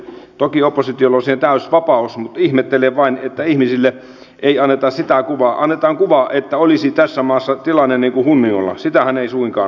toki oppositiolla on siihen täysi vapaus mutta ihmettelen vain että ihmisille annetaan kuva että olisi tässä maassa tilanne hunningolla sitähän se ei suinkaan ole